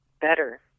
better